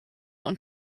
und